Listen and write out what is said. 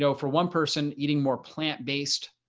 so for one person eating more plant based,